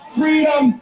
freedom